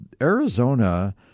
Arizona